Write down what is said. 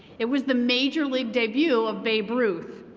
it was the major league debut of babe ruth,